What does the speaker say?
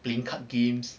playing card games